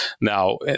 Now